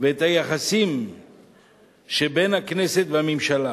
ואת היחסים שבין הכנסת והממשלה.